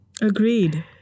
Agreed